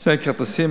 שני כרטיסים,